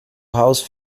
house